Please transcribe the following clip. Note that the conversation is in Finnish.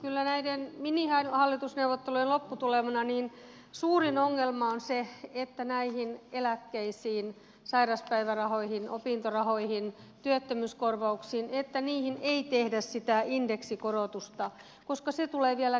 kyllä näiden minihallitusneuvottelujen lopputulemassa suurin ongelma on se että näihin eläkkeisiin sairauspäivärahoihin opintorahoihin työttömyyskorvauksiin ei tehdä sitä indeksikorotusta koska se tulee vielä kertaantumaan